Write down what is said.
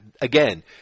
Again